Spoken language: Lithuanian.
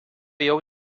jau